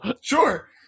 Sure